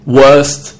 worst